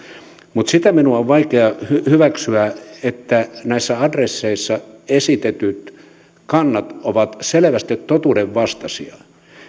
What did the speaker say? mutta sitä minun on vaikea hyväksyä että näissä adresseissa esitetyt kannat ovat selvästi totuudenvastaisia